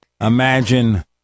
imagine